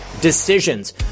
decisions